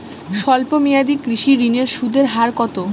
স্বল্প মেয়াদী কৃষি ঋণের সুদের হার কত?